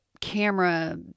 camera